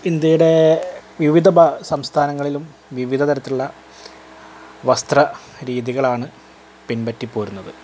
ഇന്ത്യയുടെ വിവിധ ഭാ സംസ്ഥാനങ്ങളിലും വിവിധതരത്തിലുളള വസ്ത്ര രീതികളാണ് പിൻപറ്റി പോരുന്നത്